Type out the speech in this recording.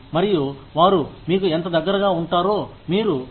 మరియు వారు మీకు ఎంత దగ్గరగా ఉంటారో మీరు చూస్తారు